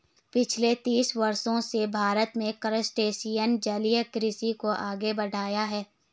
पिछले तीस वर्षों से भारत में क्रस्टेशियन जलीय कृषि को आगे बढ़ाया है